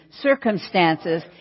circumstances